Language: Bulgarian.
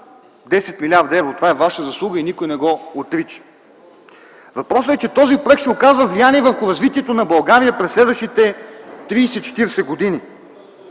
10 млрд. евро. Това е Ваша заслуга и никой не я отрича. Въпросът е, че този проект ще оказва влияние върху развитието на България през следващите 30-40 години